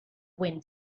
wind